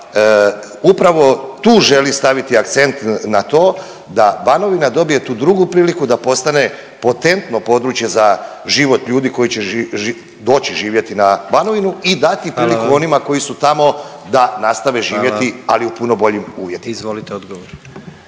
upravo tu želi staviti akcent na to da Banovina dobije tu drugu priliku da postane potentno područje za život ljudi koji će doći živjeti na Banovinu i dati priliku …/Upadica predsjednik: Hvala vam./… koji su tamo